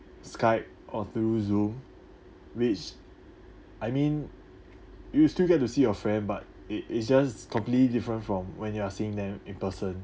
skype or through zoom which I mean you will still get to see your friend but it it's just completely different from when you are seeing them in person